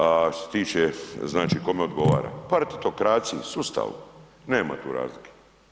A što se tiče znači kome odgovara, partitokraciji sustavu, nema tu razlike.